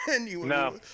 No